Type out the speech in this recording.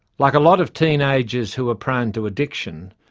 like a lot of teenagers who are prone to addiction,